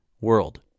world